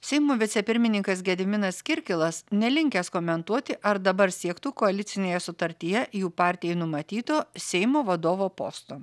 seimo vicepirmininkas gediminas kirkilas nelinkęs komentuoti ar dabar siektų koalicinėje sutartyje jų partijai numatyto seimo vadovo posto